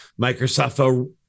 Microsoft